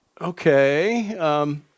okay